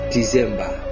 December